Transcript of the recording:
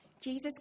Jesus